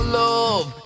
love